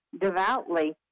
devoutly